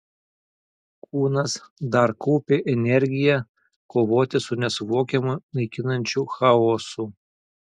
kūnas dar kaupė energiją kovoti su nesuvokiamu naikinančiu chaosu